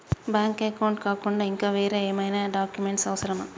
Bank account కాకుండా ఇంకా వేరే ఏమైనా డాక్యుమెంట్స్ అవసరమా?